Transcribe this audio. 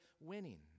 winning